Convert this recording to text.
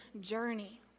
journey